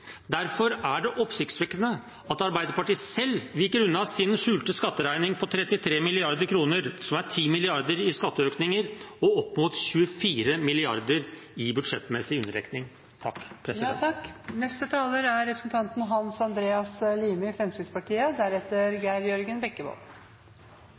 Derfor er det oppsiktsvekkende at Arbeiderpartiet selv viker unna sin skjulte skatteregning på 33 mrd. kr, som er 10 mrd. kr i skatteøkninger og opp mot 24 mrd. kr i budsjettmessig